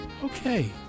Okay